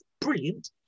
brilliant